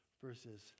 verses